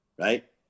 right